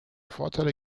vorteile